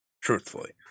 truthfully